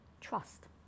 trust